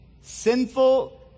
Sinful